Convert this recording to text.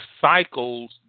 cycles